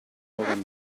van